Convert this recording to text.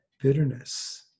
bitterness